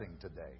today